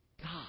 God